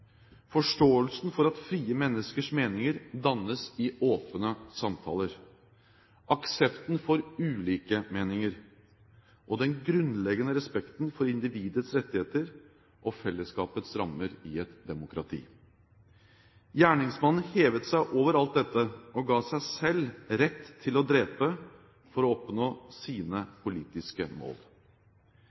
forståelsen for at frie menneskers meninger dannes i åpne samtaler, aksepten for ulike meninger og den grunnleggende respekten for individets rettigheter og fellesskapets rammer i et demokrati. Gjerningsmannen hevet seg over alt dette og ga seg selv rett til å drepe for oppnå sine politiske mål.